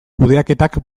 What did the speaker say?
kudeaketak